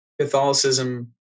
Catholicism